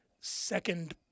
Second